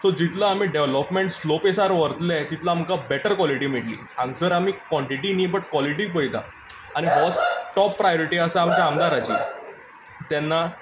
so जितलो आमी development slow पेसार व्हरतले तितली आमकां बेटर कोलिटी मेळटली हांगसर आमी कोन्टीटी न्ही तर कोलिटी पळयतात आनी होच टोप प्रायोरीटी आसा आमच्या आमदाराची तेन्ना